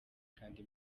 kandi